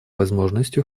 возможностью